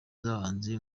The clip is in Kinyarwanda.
z’abahanzi